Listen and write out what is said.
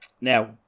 now